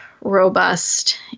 robust